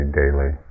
daily